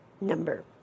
number